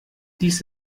dies